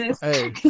Hey